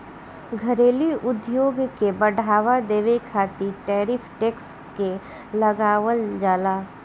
घरेलू उद्योग के बढ़ावा देबे खातिर टैरिफ टैक्स के लगावल जाला